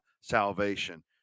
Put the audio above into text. salvation